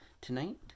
tonight